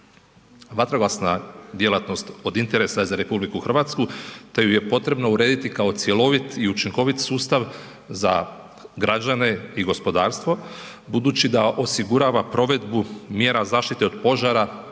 Vatrogasna djelatnost od interesa je za RH te ju je potrebno urediti kao cjelovit i učinkovit sustav za građane i gospodarstvo budući da osigurava provedbu mjera zaštite od požara